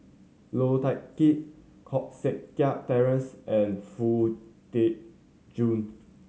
Low Thia Khiang Koh Seng Kiat Terence and Foo Tee Jun